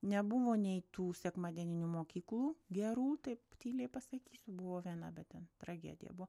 nebuvo nei tų sekmadieninių mokyklų gerų taip tyliai pasakysiu buvo viena bet ten tragedija buvo